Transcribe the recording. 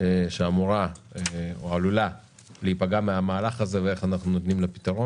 שאמורה או עלולה להיפגע מהמהלך הזה ואיך אנחנו נותנים לו פתרון.